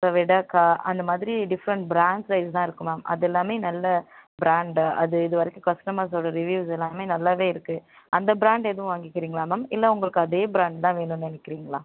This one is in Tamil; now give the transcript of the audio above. விடாக்கா அந்த மாதிரி டிஃப்ரண்ட் ப்ராண்ட் ரைஸ் தான் இருக்கு மேம் அதெல்லாமே நல்ல ப்ராண்ட் அது இது வரைக்கும் கஸ்டமர்ஸோட ரிவ்யூஸ் எல்லாமே நல்லாவே இருக்கு அந்த ப்ராண்ட் எதுவும் வாங்கிக்கிறீங்களா மேம் இல்லை உங்களுக்கு அதே ப்ராண்ட் தான் வேணுன்னு நெனைக்கிறீங்களா